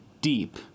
deep